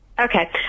Okay